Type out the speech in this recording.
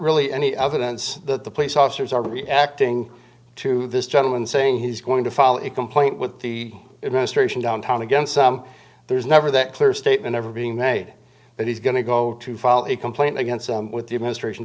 really any other dence that the police officers are reacting to this gentleman saying he's going to follow it complaint with the administration downtown again some there's never that clear statement ever being made that he's going to go to file a complaint against the administration